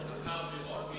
השר פירון, מי?